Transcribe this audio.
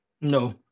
No